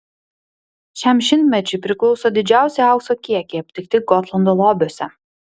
šiam šimtmečiui priklauso didžiausi aukso kiekiai aptikti gotlando lobiuose